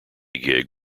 gig